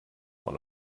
one